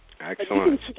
Excellent